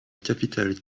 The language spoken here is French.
capitale